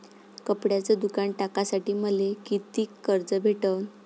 कपड्याचं दुकान टाकासाठी मले कितीक कर्ज भेटन?